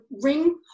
ring